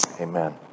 Amen